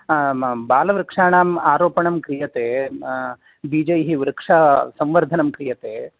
आ म् बालवृक्षाणाम् आरोपणं क्रियते बीजैः वृक्षसंवर्धनं क्रियते